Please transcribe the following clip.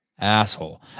Asshole